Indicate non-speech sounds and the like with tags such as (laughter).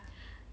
(breath)